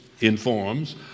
informs